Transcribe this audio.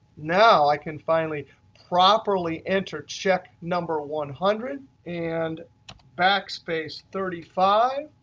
now i can finally properly enter check number one hundred and backspace thirty five.